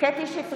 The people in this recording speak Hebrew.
קטי קטרין שטרית,